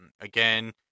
again